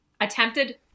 attempted